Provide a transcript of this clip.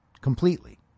completely